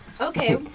Okay